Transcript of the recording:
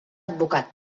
advocat